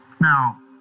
Now